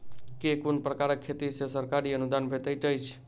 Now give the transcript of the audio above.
केँ कुन प्रकारक खेती मे सरकारी अनुदान भेटैत अछि?